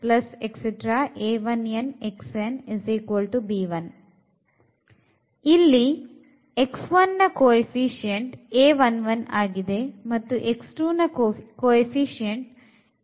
ಇಲ್ಲಿ ನ ಕೋಎಫಿಷಿಎಂಟ್ ಆಗಿದೆ ಮತ್ತು ನ ಕೋಎಫಿಷಿಎಂಟ್ ಆಗಿದೆ